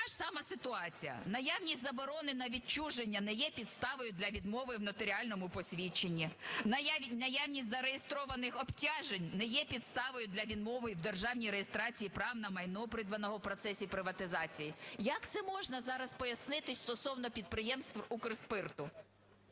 Така ж сама ситуація – наявність заборони на відчуження не є підставою для відмови в нотаріальному посвідченні, наявність зареєстрованих обтяжень не є підставою для відмови в державній реєстрацій прав на майно, придбане у процесі приватизації. Як це можна зараз пояснити стосовно підприємств Укрспирту?